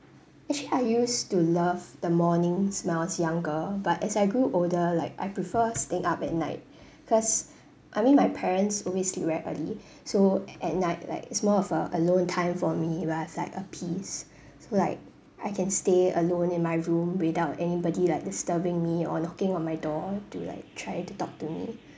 actually I used to love the mornings when I was younger but as I grew older like I prefer staying up at night cause I mean my parents always sleep very early so at night like it's more of a alone time for me where I've like a peace so like I can stay alone in my room without anybody like disturbing me or knocking on my door to like try to talk to me